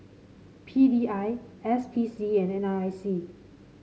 P D I S P C and N R I C